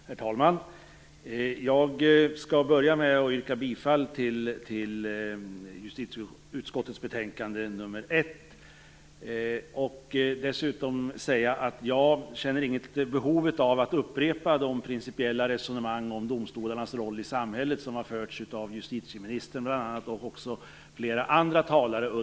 Herr talman! Jag skall börja med att yrka bifall till hemställan i justitieutskottets betänkande nr 1. Jag skall dessutom säga att jag inte känner något behov av att upprepa de principiella resonemang om domstolarnas roll i samhället som har förts av bl.a. justitieministern och flera andra talare.